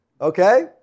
Okay